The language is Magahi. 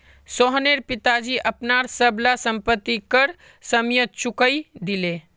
सोहनेर पिताजी अपनार सब ला संपति कर समयेत चुकई दिले